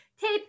Tape